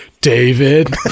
David